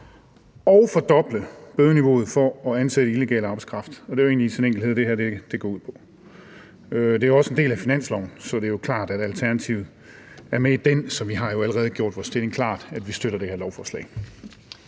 og fordoble bødeniveauet for at ansætte illegal arbejdskraft. Og det er jo egentlig i sin enkelhed det, som det her går ud på. Det er også en del af finansloven, så det er klart, da Alternativet er med i den, at vi jo allerede har gjort vores stilling klar, altså at vi støtter det her lovforslag.